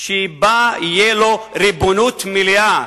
שבה תהיה לו ריבונות מלאה,